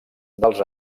dels